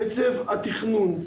קצב התכנון,